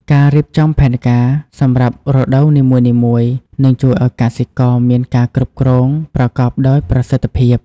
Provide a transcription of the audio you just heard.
ការរៀបចំផែនការសម្រាប់រដូវនីមួយៗនឹងជួយឲ្យកសិករមានការគ្រប់គ្រងប្រកបដោយប្រសិទ្ធភាព។